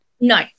No